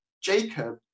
Jacob